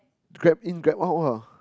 grab in grab out ah